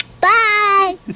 Bye